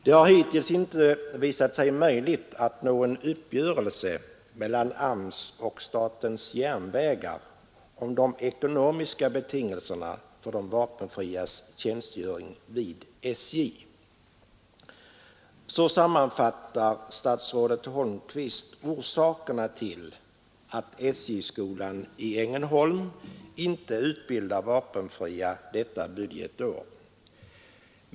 Det har ”hittills inte visat sig möjligt att nå en uppgörelse mellan arbetsmarknadsstyrelsen och statens järnvägar om de ekonomiska betingelserna för de vapenfrias tjänstgöring vid SJ”. Så sammanfattar statsrådet Holmqvist orsakerna till att SJ-skolan i Ängelholm inte utbildar vapenfria detta budgetår.